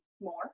more